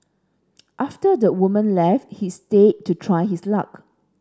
after the woman left he stayed to try his luck